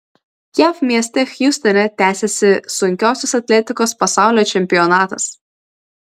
jav mieste hjustone tęsiasi sunkiosios atletikos pasaulio čempionatas